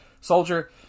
soldier